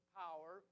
power